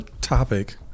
topic